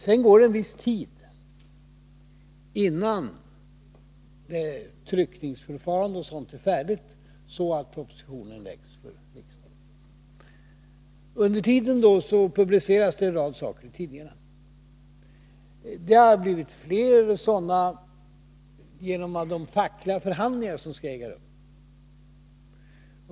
Sedan går det en viss tid innan tryckningsförfarande och sådant är färdigt så att propositionen kan läggas fram för riksdagen. Under tiden publiceras det en rad saker i tidningarna. Det har blivit fler sådana publiceringar genom de fackliga förhandlingar som skall äga rum.